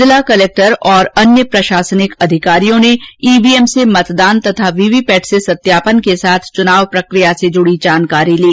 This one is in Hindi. जिला कलेक्टर और अन्य प्रशासनिक अधिकारियों ने ईवीएम से मतदान तथा वीवीपेट से सत्यापन के साथ चुनाव प्रक्रिया से जुडी जानकारी ली